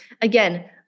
Again